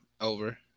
Over